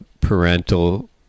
parental